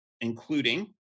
including